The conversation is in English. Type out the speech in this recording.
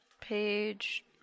page